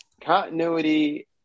continuity